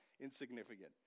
insignificant